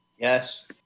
Yes